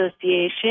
Association